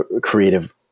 creative